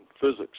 physics